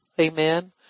Amen